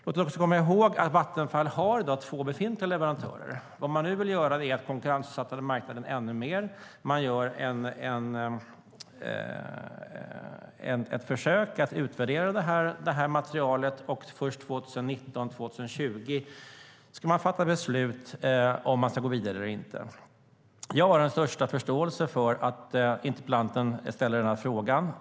Man ska komma ihåg att Vattenfall i dag har två befintliga leverantörer. Vad man nu vill göra är att konkurrensutsätta marknaden ännu mer. Man gör ett försök att utvärdera det här materialet. Först 2019 eller 2020 ska man fatta beslut om huruvida man ska gå vidare eller inte. Jag har den största förståelse för att interpellanten ställer den här frågan.